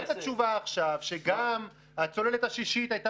קיבלת תשובה עכשיו שגם הצוללת השישית הייתה